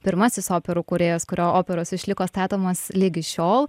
pirmasis operų kūrėjas kurio operos išliko statomos ligi šiol